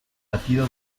latido